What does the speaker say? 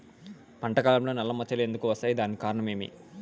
పంట కాలంలో నల్ల మచ్చలు ఎందుకు వస్తాయి? దానికి కారణం ఏమి?